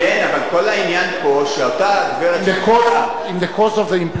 in the course of the employment,